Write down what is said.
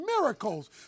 miracles